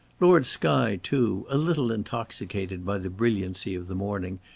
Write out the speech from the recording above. lord skye, too, a little intoxicated by the brilliancy of the morning,